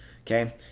okay